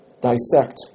dissect